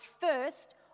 first